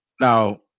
Now